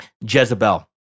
Jezebel